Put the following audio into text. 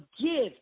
give